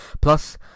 plus